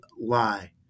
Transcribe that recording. lie